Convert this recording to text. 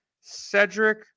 Cedric